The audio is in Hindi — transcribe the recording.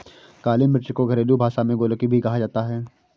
काली मिर्च को घरेलु भाषा में गोलकी भी कहा जाता है